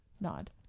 nod